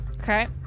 Okay